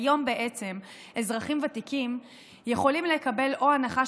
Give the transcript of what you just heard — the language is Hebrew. היום אזרחים ותיקים יכולים לקבל או הנחה